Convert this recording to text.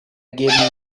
gave